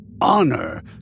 Honor